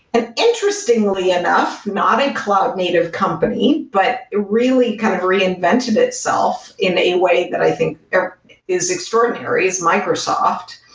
and interestingly enough, not a cloud native company, but really kind of reinvented itself in a way that i think or is extraordinary, is microsoft.